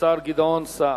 השר גדעון סער.